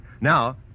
Now